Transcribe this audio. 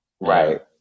Right